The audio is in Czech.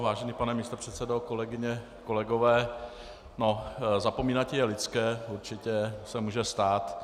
Vážený pane místopředsedo, kolegyně a kolegové, zapomínat je lidské, určitě se to může stát.